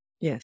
yes